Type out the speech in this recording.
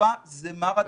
המגיפה זה מרתון,